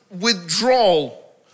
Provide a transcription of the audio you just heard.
withdrawal